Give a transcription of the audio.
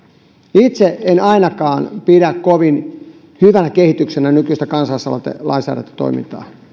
itse en ainakaan pidä kovin hyvänä kehityksenä nykyistä kansalaisaloitelainsäädäntötoimintaa